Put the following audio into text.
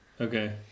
Okay